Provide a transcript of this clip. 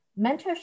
Mentorship